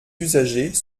usagers